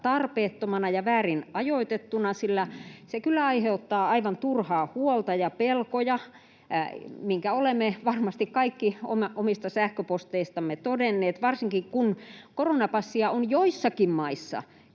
tarpeettomana ja väärin ajoitettuna, sillä se kyllä aiheuttaa aivan turhaa huolta ja pelkoja, minkä olemme varmasti kaikki omista sähköposteistamme todenneet, varsinkin kun koronapassia on joissakin maissa